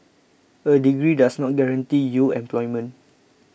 a degree does not guarantee you employment